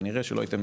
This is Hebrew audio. כנראה שלא הייתם